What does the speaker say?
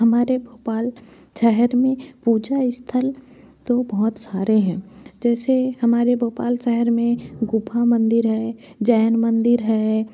हमारे भोपाल शहर में पूजा स्थल तो बहुत सारे हैं जैसे हमारे भोपाल शहर में गुफ़ा मंदिर है जैन मंदिर है